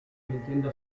mettendo